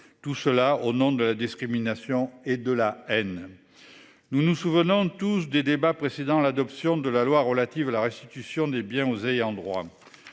Tout cela au nom de la discrimination et de la haine. Nous nous souvenons tous des débats précédant l'adoption de la loi relative à la restitution des biens aux ayants droit.